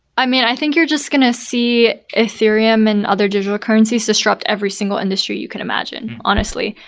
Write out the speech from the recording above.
i mean i think you're just going to see ethereum and other digital currencies disrupt every single industry you can imagine, honestly.